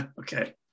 Okay